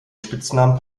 spitznamen